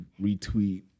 retweet